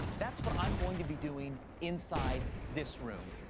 that's what i'm going to be doing inside this room.